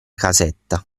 casetta